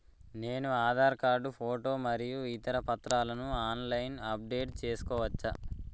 నేను Aadhaar card photo మరియు ఇతర పత్రాలను ఆన్ లైన్ అప్ డెట్ చేసుకోవచ్చా?